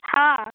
हाँ